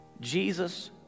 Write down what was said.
Jesus